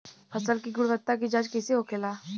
फसल की गुणवत्ता की जांच कैसे होखेला?